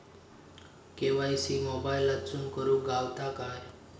KYC मोबाईलातसून करुक गावता काय?